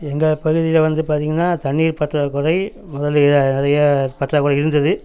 எங்கள் பகுதியில் வந்து பார்த்திங்கன்னா தண்ணி பற்றாக்குறை முதலைய நிறையா பற்றாக்குறை இருந்துது